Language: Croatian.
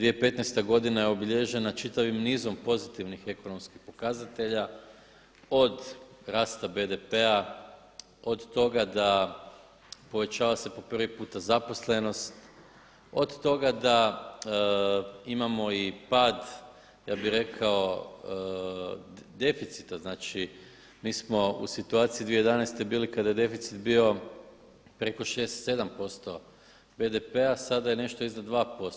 2015. godina obilježena je čitavim nizom pozitivnih ekonomskih pokazatelja od rasta BDP-a, od toga da povećava se po prvi puta zaposlenost, od toga da imamo i pad ja bi rekao deficita znači mi smo u situaciji 2011. bili kada je deficit bio preko 6, 7% BDP-a sada je nešto iznad 2%